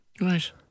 Right